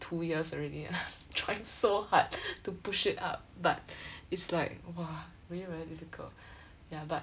two years already and I'm trying so hard to push it up but it's like !wah! really very difficult ya but